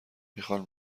میخوان